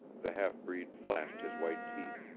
the half-breed flashed his white teeth.